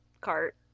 cart